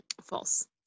False